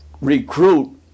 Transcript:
recruit